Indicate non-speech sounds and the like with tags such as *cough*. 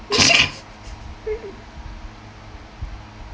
*laughs*